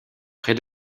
près